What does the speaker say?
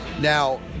Now